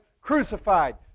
crucified